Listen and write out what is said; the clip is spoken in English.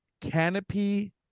canopy